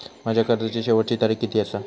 माझ्या कर्जाची शेवटची तारीख किती आसा?